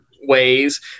ways